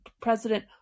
president